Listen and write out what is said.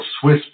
Swiss